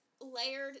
layered